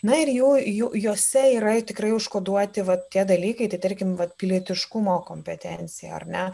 na ir jų jų jose yra tikrai užkoduoti vat tie dalykai tarkim vat pilietiškumo kompetencija ar ne